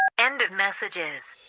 and of messages